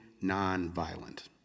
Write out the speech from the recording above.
non-violent